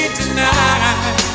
tonight